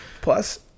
Plus